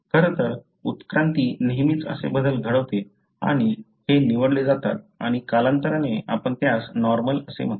खरं तर उत्क्रांती नेहमीच असे बदल घडवते आणि हे निवडले जातात आणि कालांतराने आपण त्यास नॉर्मल असे म्हणतो